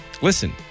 listen